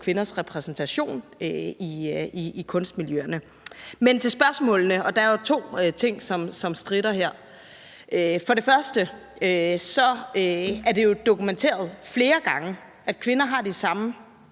kvinders repræsentation i kunstmiljøerne. Men hvad angår spørgsmålene, er der to ting, som stritter her. For det første er det jo dokumenteret flere gange, at kvinder har de samme